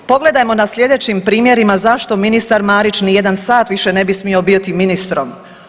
Pogledajmo na sljedećim primjerima zašto ministar Marić ni jedan sat više ne bi smio biti ministrom.